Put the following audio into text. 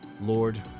Lord